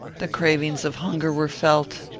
the cravings of hunger were felt,